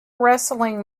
wrestling